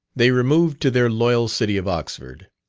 they removed to their loyal city of oxford.